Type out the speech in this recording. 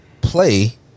play